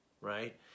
right